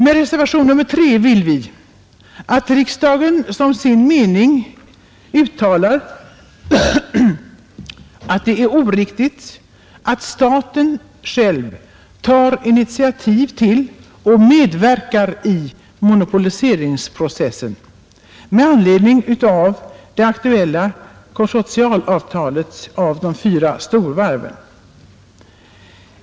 Med reservationen 3 vill vi att riksdagen som sin mening uttalar att det är oriktigt att staten själv tar initiativ till och medverkar i monopoliseringsprocessen med anledning av det aktuella konsortialavtalet för de fyra storvarven.